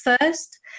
first